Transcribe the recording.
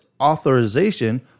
authorization